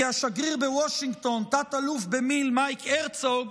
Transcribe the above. כי השגריר בוושינגטון, תת-אלוף במיל' מייק הרצוג,